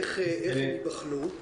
איך הם ייבחנו?